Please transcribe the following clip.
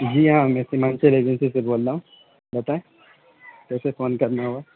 جی ہاں میں سیمانچل ایجنسی سے بول رہا ہوں بتائیں کیسے فون کرنا ہوا